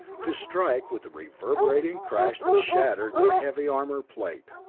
to strike with a reverberating crash that shattered the heavy armor plate!